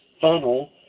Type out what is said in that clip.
funnel